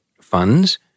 funds